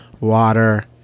Water